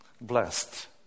Blessed